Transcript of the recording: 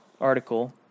article